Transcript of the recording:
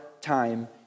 time